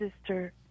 sister